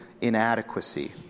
inadequacy